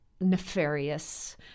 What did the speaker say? nefarious